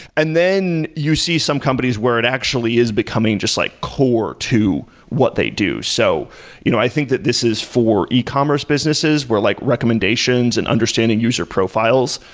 and then you see some companies where it actually is becoming just like core to what they do. so you know i think that this is for e-commerce businesses, where like recommendations and understanding user profiles.